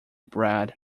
bred